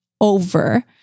over